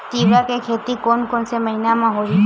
तीवरा के खेती कोन से महिना म होही?